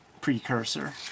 precursor